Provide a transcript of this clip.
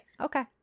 Okay